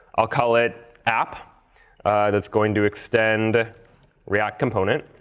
i'll call it app that's going to extend react component.